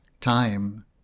Time